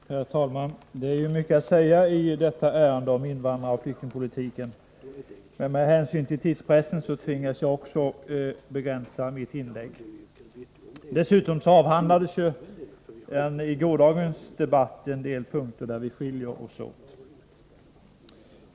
Herr talman! Det är mycket att säga i detta ärende om invandringsoch flyktingpolitiken, men med hänsyn till tidspressen tvingas också jag att begränsa mitt inlägg. Dessutom behandlades i gårdagens debatt en del punkter där våra åsikter skiljer sig åt.